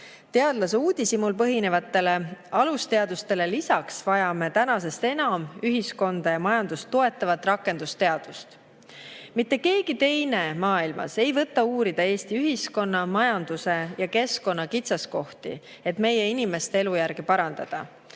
Teadlase uudishimul põhinevatele alusteadustele lisaks vajame praegu enam ühiskonda ja majandust toetavat rakendusteadust. Mitte keegi teine maailmas ei võta uurida Eesti ühiskonna majanduse ja keskkonna kitsaskohti, et meie inimeste elujärge parandada.